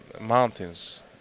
mountains